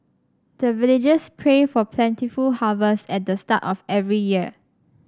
the villagers pray for plentiful harvest at the start of every year